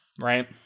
right